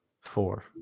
Four